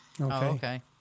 Okay